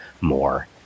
more